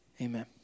amen